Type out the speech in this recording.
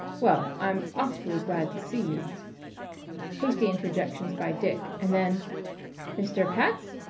well, i'm aw fully glad to see you hasty interjections by dick, and then mr. pats?